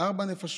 ארבע נפשות,